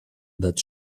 that